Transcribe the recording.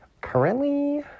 Currently